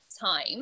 time